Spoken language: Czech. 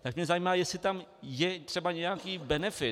Tak mě zajímá, jestli tam je třeba nějaký benefit.